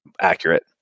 accurate